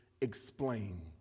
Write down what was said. explain